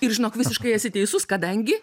ir žinok visiškai esi teisus kadangi